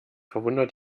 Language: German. verwundert